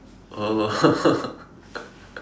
oh